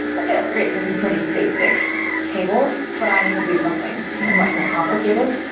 okay, that's great for some pretty basic tables, but i need to do something you know much more complicated.